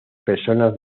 personas